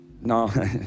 no